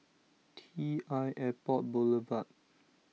T l Airport Boulevard